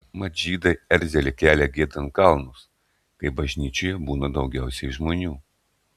mat žydai erzelį kelia giedant kalnus kai bažnyčioje būna daugiausiai žmonių